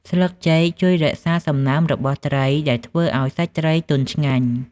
ស្លឹកចេកជួយរក្សាសំណើមរបស់ត្រី ដែលធ្វើឲ្យសាច់ត្រីទន់ឆ្ងាញ់។